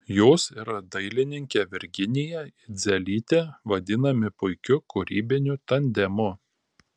jūs ir dailininkė virginija idzelytė vadinami puikiu kūrybiniu tandemu